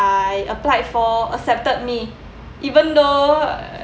applied for accepted me even though